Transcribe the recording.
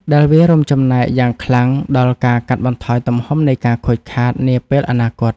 ដែលវារួមចំណែកយ៉ាងខ្លាំងដល់ការកាត់បន្ថយទំហំនៃការខូចខាតនាពេលអនាគត។